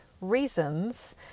reasons